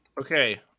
Okay